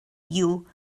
you